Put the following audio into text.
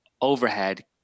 overhead